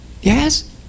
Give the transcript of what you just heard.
yes